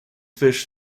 fish